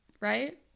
right